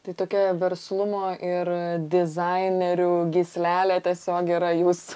tai tokia verslumo ir dizainerių gyslelę tiesiog gera jūsų